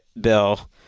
Bill